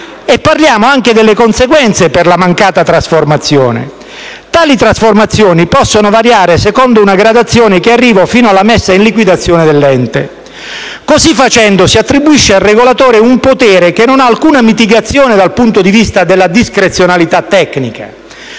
E parliamo anche delle conseguenze per la mancata trasformazione. Tali trasformazioni possono variare secondo una gradazione che arriva fino alla messa in liquidazione dell'ente. Così facendo, si attribuisce al regolatore un potere che non ha alcuna mitigazione dal punto di vista della discrezionalità tecnica.